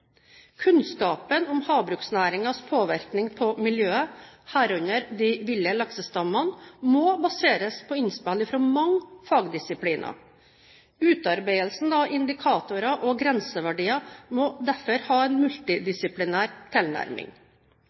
Kunnskapen om havbruksnæringens påvirkning på miljøet, herunder de ville laksestammene, må baseres på innspill fra mange fagdisipliner. Utarbeidelsen av indikatorer og grenseverdier må derfor ha en multidisiplinær tilnærming.